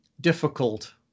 difficult